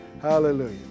Hallelujah